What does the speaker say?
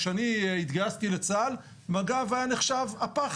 כשאני התגייסתי לצה"ל, מג"ב היה נחשב הפח